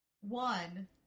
one